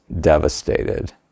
devastated